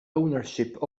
ownership